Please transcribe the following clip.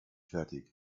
fertig